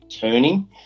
turning